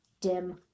dim